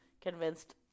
convinced